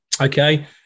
Okay